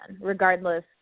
regardless